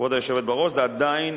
כבוד היושבת בראש, זה עדיין